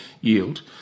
yield